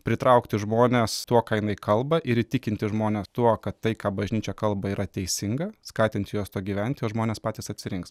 pritraukti žmones tuo ką jinai kalba ir įtikinti žmones tuo kad tai ką bažnyčia kalba yra teisinga skatint juos tuo gyventi o žmonės patys atsirinks